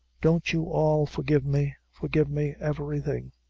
don't you all forgive me forgive me everything?